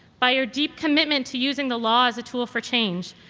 by your deep commitment to using the law as a tool for change,